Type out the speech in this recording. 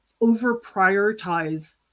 over-prioritize